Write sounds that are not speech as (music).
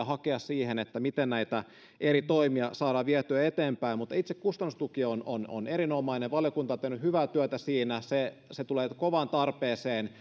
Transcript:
(unintelligible) hakea siihen miten näitä eri toimia saadaan vietyä eteenpäin itse kustannustuki on on erinomainen valiokunta on tehnyt hyvää työtä siinä se se tulee kovaan tarpeeseen (unintelligible)